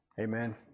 Amen